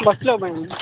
bus లో పోయింది